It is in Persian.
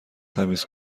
تمیز